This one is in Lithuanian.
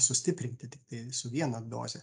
sustiprinti tiktai su viena doze